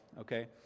Okay